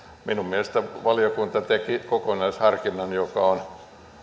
minun mielestäni valiokunta teki kokonaisharkinnan joka on